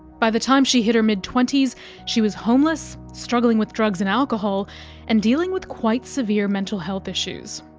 by the time she hit her mid twenty s she was homeless, struggling with drugs and alcohol and dealing with quite severe mental health issues.